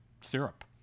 syrup